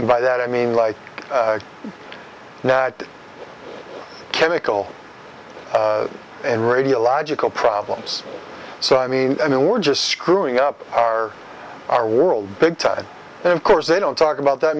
so and by that i mean like now chemical and radiological problems so i mean i mean we're just screwing up our our world big time and of course they don't talk about that